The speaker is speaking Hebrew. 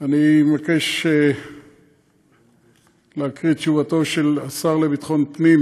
אני מבקש להקריא את תשובתו של השר לביטחון הפנים,